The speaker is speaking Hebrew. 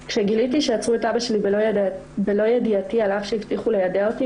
כשגיליתי שעצרו את אבא שלי בלא ידיעתי על אף שהבטיחו ליידע אותי,